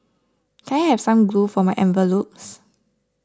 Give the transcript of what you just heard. can I have some glue for my envelopes